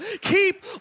keep